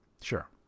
Sure